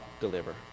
deliver